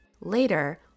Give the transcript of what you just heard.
Later